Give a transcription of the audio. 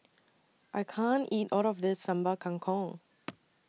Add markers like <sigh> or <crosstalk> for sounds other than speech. I can't eat All of This Sambal Kangkong <noise>